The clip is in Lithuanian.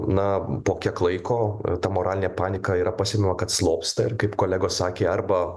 na po kiek laiko ta moralinė panika yra pažinoma kad slopsta ir kaip kolegos sakė arba